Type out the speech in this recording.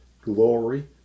glory